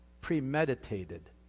premeditated